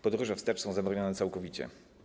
Podróże wstecz są zabronione całkowicie.